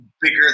bigger